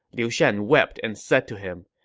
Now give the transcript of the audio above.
liu shan wept and said to him,